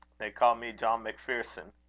they ca' me john macpherson.